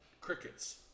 Crickets